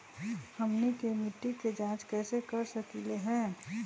हमनी के मिट्टी के जाँच कैसे कर सकीले है?